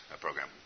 program